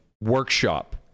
workshop